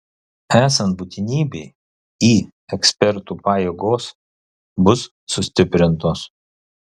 esant būtinybei į ekspertų pajėgos bus sustiprintos